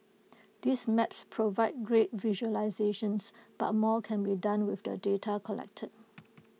these maps provide great visualisations but more can be done with the data collected